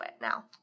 now